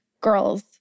girls